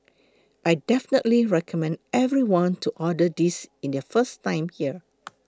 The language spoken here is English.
I definitely recommend everyone to order this in their first time here